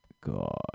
God